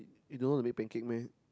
you don't know how to make pancake meh